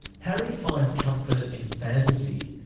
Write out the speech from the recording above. harry finds comfort in fantasy.